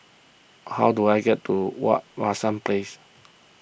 how do I get to Wak Hassan Place